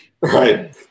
Right